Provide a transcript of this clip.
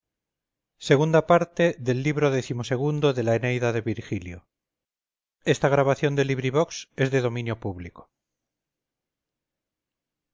libro viii libro ix libro x libro xi